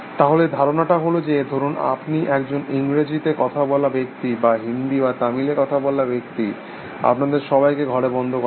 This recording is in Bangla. তাহলে ধারণাটা হলে যে ধরুন আপনি একজন ইংরাজীতে কথা বলা ব্যক্তি বা হিন্দী বা তামিলে কথা বলা ব্যক্তি আপনাদের সবাইকে ঘরে বন্ধ করা হল